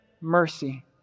mercy